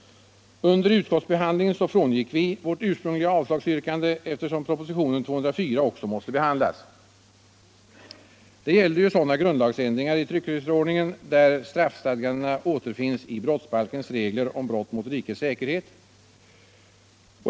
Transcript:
Under utskottsbehandlingen frångick vi vårt ursprungliga avslagsyrkande, eftersom propositionen 204 också måste behandlas. Det gällde ju sådana grundlagsändringar i tryckfrihetsförordningen, där straffstadgandena återfinns i brottsbalkens regler om brott mot rikets säkerhet.